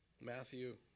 Matthew